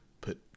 put